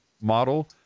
model